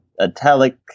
italic